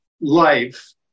life